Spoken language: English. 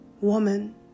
woman